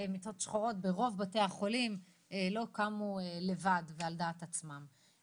מיטות שחורות ברוב בתי החולים לא קמו לבד ועל דעת עצמם.